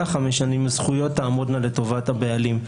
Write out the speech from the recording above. החמש שנים הזכויות תעמודנה לטובת הבעלים,